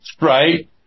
right